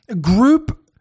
group